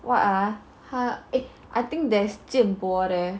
what ah I think there is 建波 there